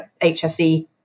HSE